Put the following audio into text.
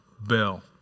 Bell